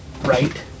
right